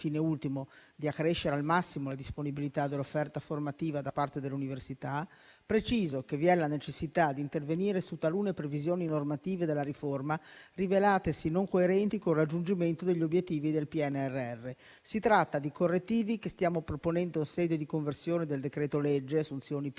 fine ultimo di accrescere al massimo la disponibilità dell'offerta formativa da parte dell'università - preciso che vi è la necessità di intervenire su talune previsioni normative della riforma rivelatesi non coerenti con il raggiungimento degli obiettivi del PNRR. Si tratta di correttivi che stiamo proponendo in sede di conversione del decreto-legge cosiddetto